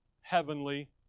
Heavenly